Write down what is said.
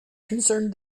concerned